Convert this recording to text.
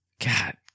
God